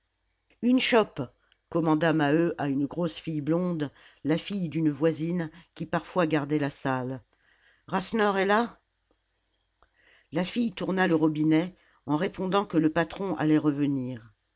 une chope commanda maheu à une grosse fille blonde la fille d'une voisine qui parfois gardait la salle rasseneur est là la fille tourna le robinet en répondant que le patron allait revenir